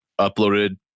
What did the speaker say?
uploaded